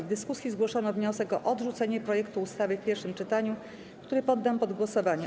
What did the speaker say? W dyskusji zgłoszono wniosek o odrzucenie projektu ustawy w pierwszym czytaniu, który poddam pod głosowanie.